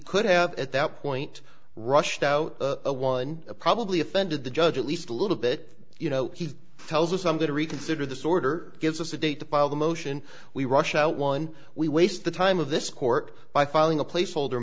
could have at that point rushed out one probably offended the judge at least a little bit you know he tells us i'm going to reconsider this order gives us a date to file the motion we rush out one we waste the time of this court by filing a placeholder